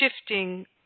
shifting